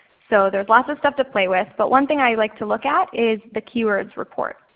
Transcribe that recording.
so there's lots of stuff to play with. but one thing i like to look at is the keywords report.